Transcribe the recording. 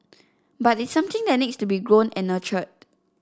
but it's something that needs to be grown and nurtured